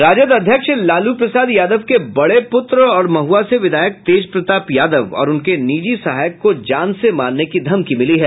राजद अध्यक्ष लालू प्रसाद यादव के बड़े पुत्र और महुआ से विधायक तेजप्रताप यादव और उनके निजी सहायक को जान से मारने की धमकी मिली है